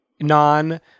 non